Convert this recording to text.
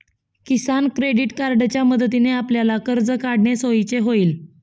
किसान credit कार्डच्या मदतीने आपल्याला कर्ज काढणे सोयीचे होईल